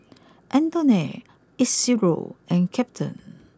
Antoinette Isidro and Captain